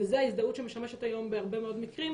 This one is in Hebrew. וזה ההזדהות שמשמשת היום בהרבה מאוד מקרים,